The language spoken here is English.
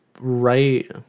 right